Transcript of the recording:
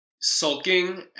sulking